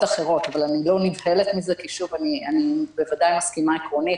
אחרות אבל אני לא נבהלת מזה כי אני בוודאי מסכימה עקרונית